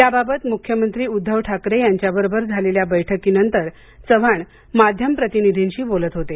याबाबत मुख्यमंत्री उद्धव ठाकरे यांच्याबरोबर झालेल्या बैठकीनंतर चव्हाण माध्यम प्रतिनिधींशी बोलत होते